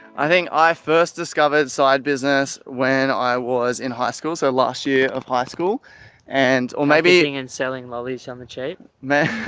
i think i first discovered side business when i was in high school. so last year of high school and or maybe in and selling lollies yeah um and shape man.